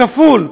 כפול,